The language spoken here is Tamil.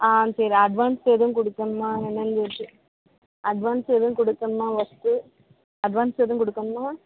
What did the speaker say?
ஆ சரி அட்வான்ஸ் எதுவும் கொடுக்கணுமா என்னென்னு சொல்லிட்டு அட்வான்ஸ் எதுவும் கொடுக்கணுமா ஃபஸ்ட்டு அட்வான்ஸ் எதுவும் கொடுக்கணுமா